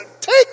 take